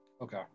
Okay